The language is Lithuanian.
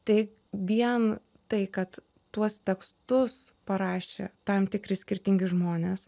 tai vien tai kad tuos tekstus parašė tam tikri skirtingi žmonės